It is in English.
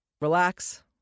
Relax